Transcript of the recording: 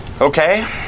Okay